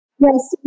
Yes